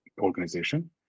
organization